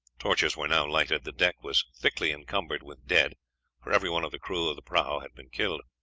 torches were now lighted. the deck was thickly encumbered with dead for every one of the crew of the prahu had been killed.